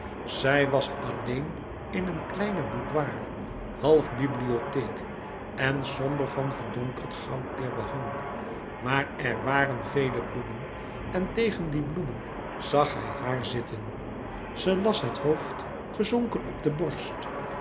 zij was alleen in een kleiner boudoir half bibliotheek en somber van verdonkerd goudleêr behang maar er waren vele bloemen en tegen die bloemen zag hij haar zitten ze las het louis couperus metamorfoze hoofd gezonken op de borst